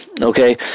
Okay